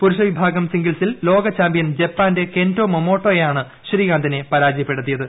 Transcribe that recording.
പുരുഷവിഭാഗം സിംഗിൾസിൽ ലോകചാമ്പ്യൻ ജപ്പാന്റെ കെന്റോ മോമോട്ടോയാണ് ശ്രീകാന്തിനെ പരാജയപ്പെടുത്തിയത്